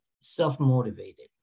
self-motivated